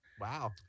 Wow